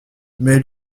mais